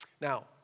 Now